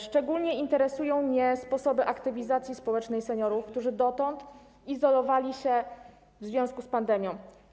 Szczególnie interesują mnie sposoby aktywizacji społecznej seniorów, którzy dotąd izolowali się w związku z pandemią.